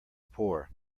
poor